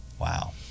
Wow